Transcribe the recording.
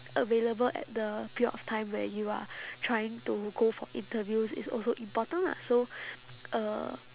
available at the period of time where you are trying to go for interviews is also important lah so uh